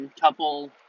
couple